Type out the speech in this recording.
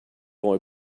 boy